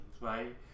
right